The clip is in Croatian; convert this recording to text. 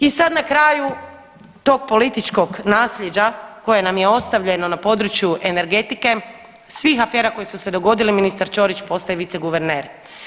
I sad na kraju tog političkog nasljeđa koje nam je ostavljeno na području energetike, svih afera koje su se dogodile, ministar Čorić postaje viceguverner.